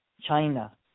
China